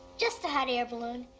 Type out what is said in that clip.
just a hot air balloon.